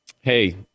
Hey